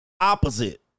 opposite